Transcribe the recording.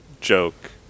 joke